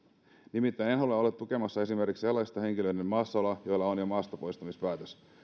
nimittäin en halua olla tukemassa esimerkiksi sellaisten henkilöiden maassaoloa joilla on jo maastapoistamispäätös